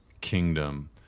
kingdom